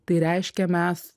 tai reiškia mes